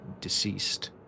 deceased